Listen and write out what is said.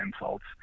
insults